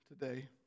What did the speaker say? today